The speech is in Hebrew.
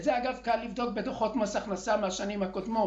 את זה קל לבדוק בדוחות מס הכנסה מהשנים הקודמות.